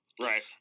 Right